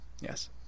Yes